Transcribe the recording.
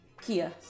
Kia